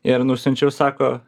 ir nusiunčiau sako